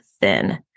Thin